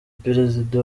perezida